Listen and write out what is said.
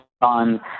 on